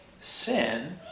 sin